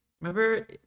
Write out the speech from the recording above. Remember